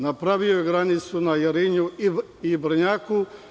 Napravio je granicu na Jarinju i Brnjaku.